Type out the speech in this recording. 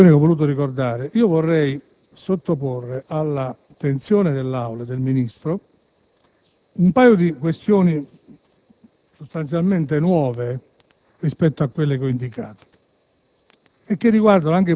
Oltre a quanto ricordato finora, vorrei sottoporre all'attenzione dell'Aula e del Ministro un paio di questioni sostanzialmente nuove rispetto a quelle che ho indicato